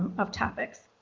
of topics.